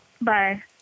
bye